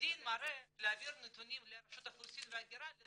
מורה להעביר נתונים לרשות האוכלוסין וההגירה.